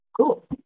cool